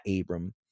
Abram